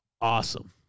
awesome